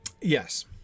Yes